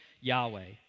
Yahweh